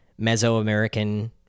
mesoamerican